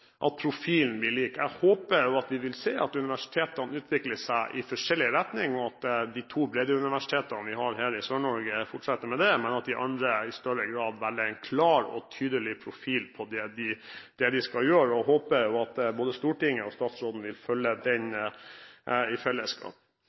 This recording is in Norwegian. universitetene utvikler seg i forskjellig retning, at de to breddeuniversitetene vi har her i Sør-Norge, fortsetter med det, men at de andre i større grad velger en klar og tydelig profil på det de skal gjøre. Jeg håper at både Stortinget og statsråden vil følge den